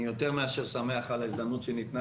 אני יותר מאשר שמח על ההזדמנות שניתנה